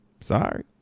Sorry